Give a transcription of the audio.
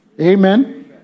Amen